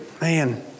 man